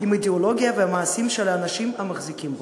עם האידיאולוגיה והמעשים של האנשים המחזיקים בו.